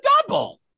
double